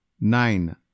nine